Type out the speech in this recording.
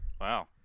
Wow